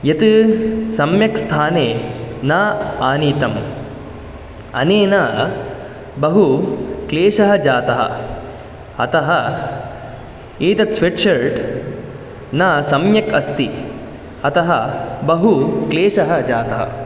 यत् सम्यक् स्थाने न आनीतम् अनेन बहु क्लेशः जातः अतः एतत् स्वेट्शर्ट् न सम्यक् अस्ति अतः बहु क्लेशः जातः